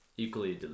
equally